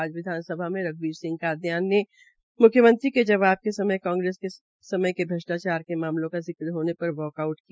आज विधानसभा में रघ्बीर कादियान ने म्ख्यमंत्री के जवाब के समय कांग्रेस के समय के अन्सार भ्रष्टाचार के मामलों का जिक्र होने पर वाकआउट किया